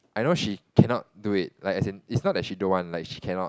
I know she cannot do it like as in is not she don't want like she cannot